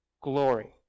glory